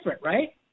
right